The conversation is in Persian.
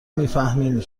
میفهمین